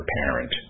parent